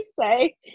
say